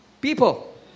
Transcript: people